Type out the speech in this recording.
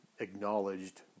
Acknowledged